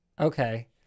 Okay